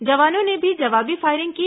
जवानों ने भी जवाबी फायरिंग की